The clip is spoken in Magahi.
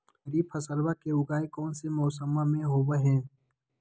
खरीफ फसलवा के उगाई कौन से मौसमा मे होवय है?